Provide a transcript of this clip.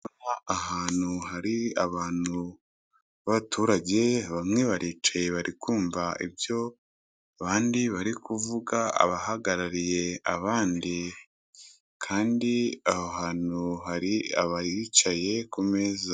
Ahantu hari abantu b'abaturage, bamwe baricaye, bari kumva ibyo abandi bari kuvuga abahagarariye abandi, kandi aho hantu hari abahicaye ku meza.